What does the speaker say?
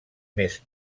més